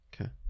okay